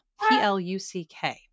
P-L-U-C-K